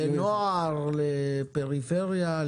לנוער, לפריפריה.